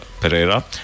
Pereira